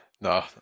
No